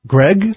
Greg